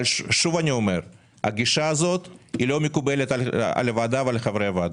אבל שוב הגישה הזאת לא מקובלת על הוועדה ועל חברי הוועדה.